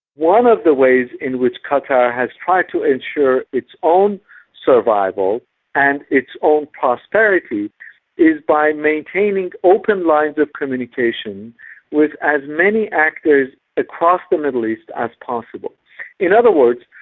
one of the ways in which qatar has tried to ensure its own survival and its own prosperity is by maintaining open lines of communication with as many actors across the middle east as possible in other words,